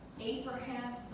Abraham